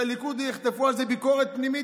הליכוד יחטפו על זה ביקורת פנימית,